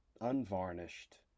unvarnished